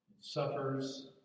suffers